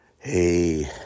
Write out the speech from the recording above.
Hey